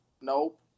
nope